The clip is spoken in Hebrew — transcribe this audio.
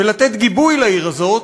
ולתת גיבוי לעיר הזאת,